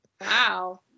Wow